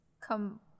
come